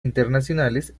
internacionales